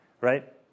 Right